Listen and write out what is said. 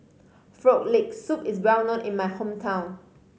Frog Leg Soup is well known in my hometown